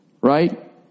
right